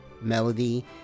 Melody